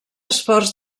esforç